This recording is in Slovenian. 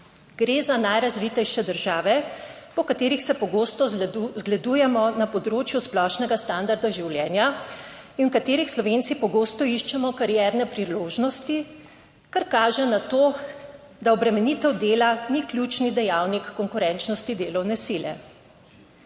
Gre za najrazvitejše države, po katerih se pogosto zgledujemo na področju splošnega standarda življenja in v katerih Slovenci pogosto iščemo karierne priložnosti, kar kaže na to, da obremenitev dela ni ključni dejavnik konkurenčnosti delovne sile.